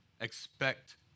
Expect